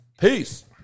Peace